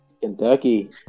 Kentucky